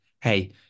hey